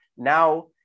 Now